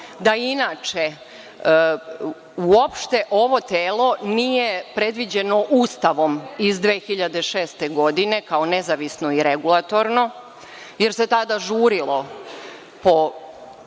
da inače uopšte ovo telo nije predviđeno Ustavom iz 2006. godine kao nezavisno i regulatorno, jer se tada žurilo po nekim